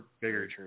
bigger